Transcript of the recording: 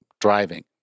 driving